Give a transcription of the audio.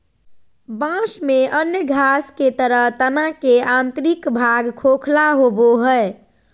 बाँस में अन्य घास के तरह तना के आंतरिक भाग खोखला होबो हइ